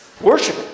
Worship